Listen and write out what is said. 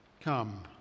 come